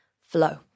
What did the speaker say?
flow